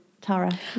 Tara